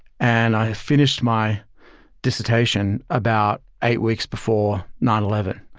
and i finished my dissertation about eight weeks before nine eleven.